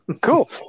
Cool